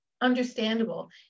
Understandable